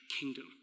kingdom